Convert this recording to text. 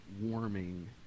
warming